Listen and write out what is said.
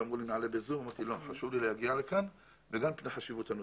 אמרו לי לעלות בזום אבל אמרתי שחשוב לי להגיע לכאן בגלל חשיבות הנושא.